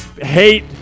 hate